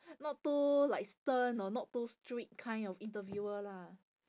not too like stern or not too strict kind of interviewer lah